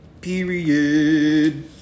Period